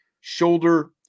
shoulder